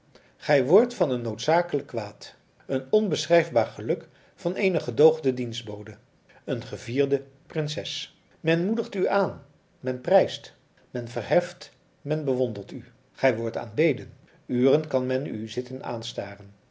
gij wordt van een noodzakelijk kwaad een onbeschrijfbaar geluk van eene gedoogde dienstbode een gevierde prinses men moedigt u aan men prijst men verheft men bewondert u gij wordt aangebeden uren kan men u zitten